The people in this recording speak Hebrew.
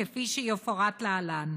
כפי שיפורט להלן,